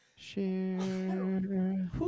share